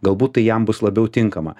galbūt tai jam bus labiau tinkama